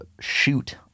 shoot